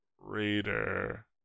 Raider